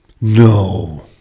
no